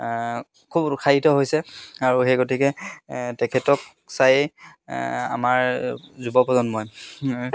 খুব উৎসাহিত হৈছে আৰু সেই গতিকে তেখেতক চাই আমাৰ যুৱ প্ৰজন্মই